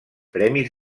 premis